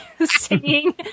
singing